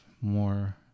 more